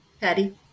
Patty